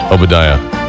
Obadiah